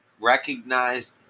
recognized